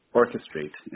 orchestrate